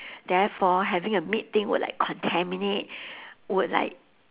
therefore having a meat thing would like contaminate would like